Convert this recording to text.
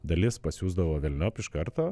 dalis pasiųsdavo velniop iš karto